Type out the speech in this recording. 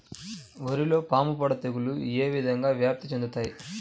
వరిలో పాముపొడ తెగులు ఏ విధంగా వ్యాప్తి చెందుతాయి?